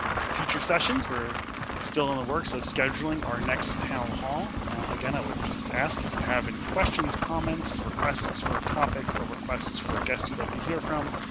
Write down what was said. um for future sessions were still in the works of scheduling our next town hall again, i would just ask if you have any questions, comments, or requests for a topic or requests for guests you'd like to hear from.